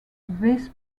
this